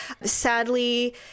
Sadly